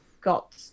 got